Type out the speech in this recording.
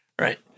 right